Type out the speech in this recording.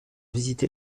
visiter